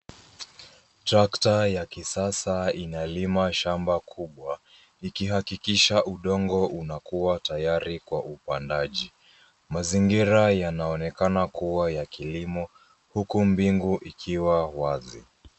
Tractor ya kisasa inalima shamba kubwa, ikihakikisha udongo unakuwa tayari, kwa upandaji. Mazingira yanaonekana kuwa ya kilimo, huku mbingu, ikiwa wazi.